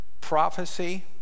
prophecy